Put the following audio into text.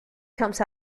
comes